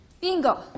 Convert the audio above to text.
Bingo